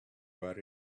where